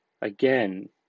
Again